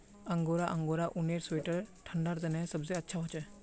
angora angora ऊनेर sweater ठंडा तने सबसे अच्छा हछे